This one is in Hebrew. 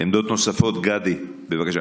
עמדות נוספת, גדי, בבקשה.